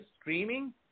streaming